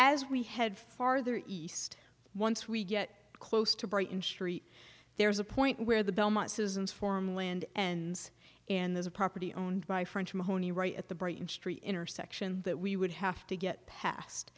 as we head farther east once we get close to brighton st there's a point where the belmont citizens form land ends and there's a property owned by french mahoney right at the brighton street intersection that we would have to get past